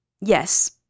yes